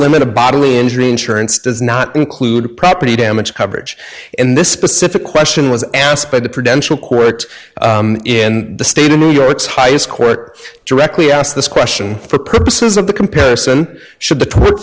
limit of bodily injury insurance does not include property damage coverage and this specific question was asked by the prevention quirked in the state of new york's highest court directly asked this question for purposes of the comparison should the